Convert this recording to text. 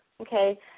okay